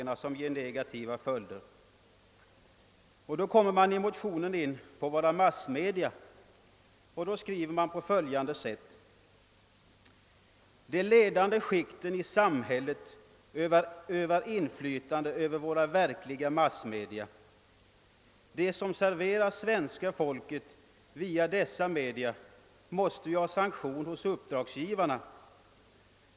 När man kommer in på våra massmedia skriver man: »De ledande skikten i samhället övar inflytande ———— över våra verkliga massmedia. Och det som serveras svenska folket via dessa media måste ju ha sanktion hos uppdragsgivarna.